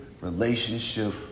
relationship